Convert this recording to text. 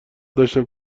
داشتم